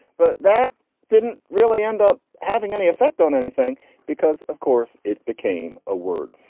but that didn't really end up having any effect on anything because, of course, it became a word.